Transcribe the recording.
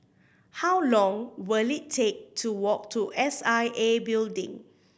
how long will it take to walk to S I A Building